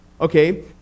Okay